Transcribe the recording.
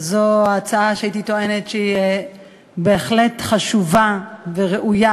ואתה אדם מכובד, אדם שאני מכבדת אותו מאוד.